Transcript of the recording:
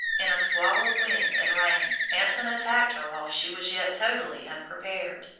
in a squall of wind and rain anson attacked her while she was yet totally unprepared.